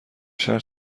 شهر